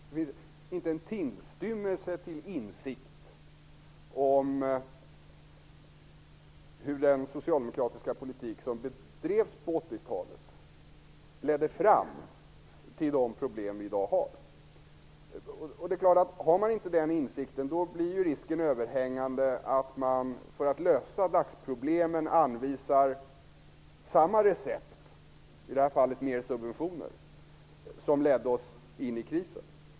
Det finns inte tillstymmelse till insikt om hur den socialdemokratiska politik som bedrevs på 1980 talet ledde fram till de problem vi i dag har. Om man inte har den insikten finns det en risk att man, för att lösa dagsproblemen, anvisar samma recept -- i det här fallet mer subventioner -- som ledde oss in i krisen.